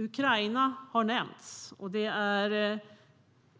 Ukraina har nämnts, och det är